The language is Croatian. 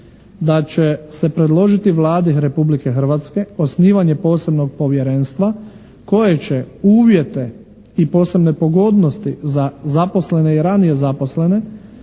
da će se predložiti Vladi Republike Hrvatske osnivanje posebnog povjerenstva koji će uvjete i posebne pogodnosti za zaposlene i ranije zaposlene,